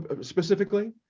specifically